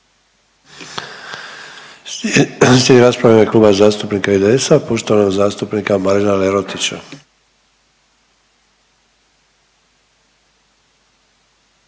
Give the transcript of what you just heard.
u ime Kluba zastupnika IDS-a, poštovanog zastupnika Marina Lerotića.